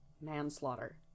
manslaughter